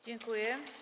Dziękuję.